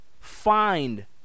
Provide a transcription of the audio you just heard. find